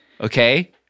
Okay